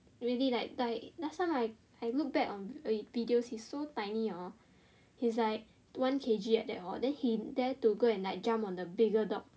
really like like last time I I look back on videos he is so tiny hor he is like one K_G like that hor then he dare to go and like jump on the bigger dog